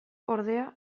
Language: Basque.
ordea